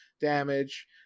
damage